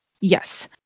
Yes